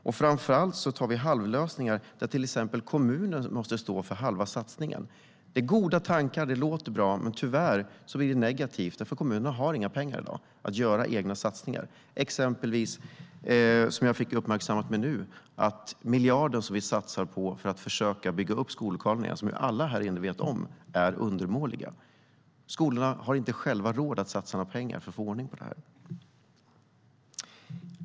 Och framför allt tar vi fram halvlösningar där till exempel kommunen måste stå för halva satsningen. Det är goda tankar och låter bra, men tyvärr blir det negativt, för kommunerna har i dag inga pengar för att göra egna satsningar. Jag blev uppmärksammad på hur det är med den miljard som vi satsar på att försöka bygga upp skollokaler igen. Alla här inne vet om att de är undermåliga. Men skolorna har inte själva råd att satsa några pengar på att få ordning på det.